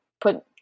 put